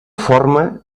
forma